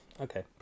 Okay